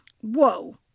Whoa